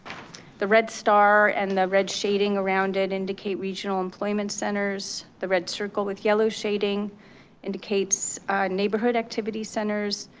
the red star and the red shading around it indicate regional employment centers. the red circle with yellow shading indicates neighborhood activity centers.